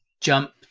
jump